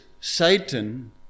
Satan